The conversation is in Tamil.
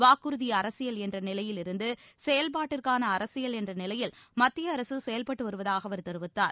வாக்குறுதி அரசியல் என்ற நிலையிலிருந்து செயல்பாட்டிற்கான அரசியல் என்ற நிலையில் மத்திய அரசு செயல்பட்டு வருவதாக அவர் தெரிவித்தார்